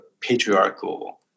patriarchal